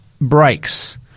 breaks